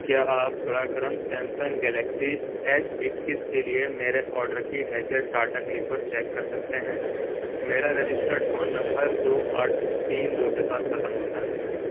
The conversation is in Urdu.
کیا آپ برائے کرم سیمسنگ گلیکسی ایس اکیس کے لیے میرے آرڈر کی حیثیت ٹاٹا کلک پر چیک کر سکتے ہیں میرا رجسٹرڈ فون نمبر دو آٹھ تین دو کے ساتھ ختم ہوتا ہے